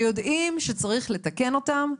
שיודעים שצריך לתקן אותם,